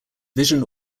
vision